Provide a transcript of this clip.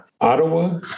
Ottawa